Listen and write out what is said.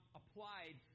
applied